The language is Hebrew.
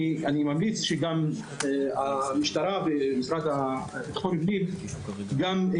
אני ממליץ שגם המשטרה וגם המשרד לביטחון פנים ישלבו